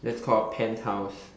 that's called a penthouse